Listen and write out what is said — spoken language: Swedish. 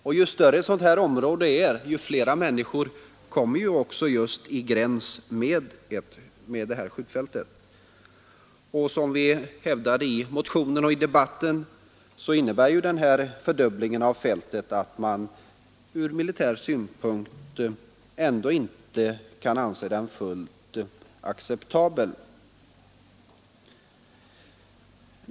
Och ju större ett sådant här område blir, desto flera människor kommer ju också att bo i gräns med skjutfältet. Som vi framförde i motionen och i debatten 1971 kan fältet inte heller efter den här fördubblingen av ytan anses fullt acceptabelt ur militär synpunkt.